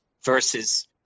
versus